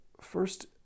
first